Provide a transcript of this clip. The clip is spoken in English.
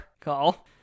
call